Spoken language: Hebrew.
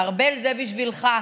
ארבל, זה בשבילך.